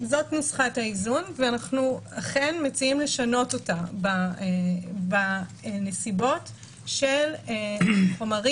זאת נוסחת האיזון ואנחנו אכן מציעים לשנות אותה בנסיבות של חומרים